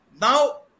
Now